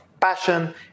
passion